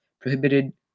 prohibited